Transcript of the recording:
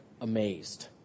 amazed